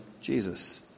Jesus